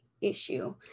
issue